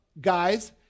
Guys